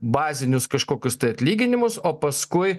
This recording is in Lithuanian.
bazinius kažkokius atlyginimus o paskui